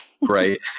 right